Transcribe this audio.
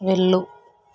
వెళ్ళు